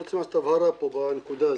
צריך הבהרה פה, בנקודה הזאת.